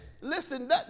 listen